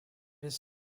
his